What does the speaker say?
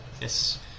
Yes